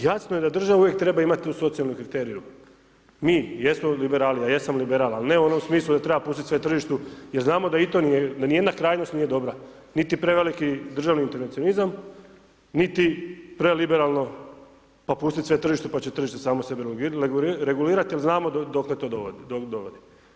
Jasno je da država uvijek treba imati u socijalnom kriteriju, mi, jesmo liberali, ja jesam liberal, ali ne u onom smislu da treba pustiti sve tržištu jer znamo da i to nije, da ni jedna krajnost nije dobra, niti preveliki državni intervencionizam, niti preliberalno, pa pustiti sve tržištu, pa će tržite samo sebe regulirati jel znamo dokle to dovodi.